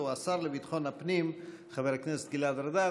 הוא השר לביטחון הפנים חבר הכנסת גלעד ארדן.